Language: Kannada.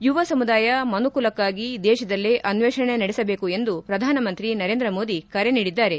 ಯುವ ಸಮುದಾಯ ಮನುಕುಲಕ್ಷಾಗಿ ದೇಶದಲ್ಲೇ ಅನ್ವೇಷಣೆ ನಡೆಸಬೇಕು ಎಂದು ಪ್ರಧಾನಮಂತ್ರಿ ನರೇಂದ್ರ ಮೋದಿ ಕರೆ ನೀಡಿದ್ದಾರೆ